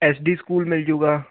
S D school ਮਿਲ ਜਾਊਗਾ